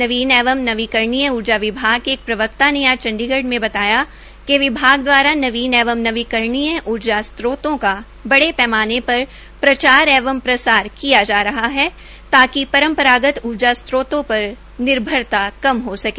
नवीन एवं नवीकरणीय ऊर्जा विभाग के एक प्रवक्ता ने आज चंडीगढ़ में बताया कि विभाग द्वारा नवीन एवं नवीकरणीय ऊर्जा स्रोतों का बड़े पैमाने पर प्रचार एवं प्रसार किया जा रहा है ताकि परंपरागत ऊर्जा स्रोतों पर निर्भरता कम हो सके